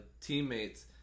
teammates